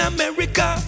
America